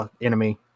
enemy